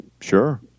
Sure